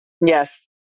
Yes